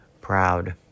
proud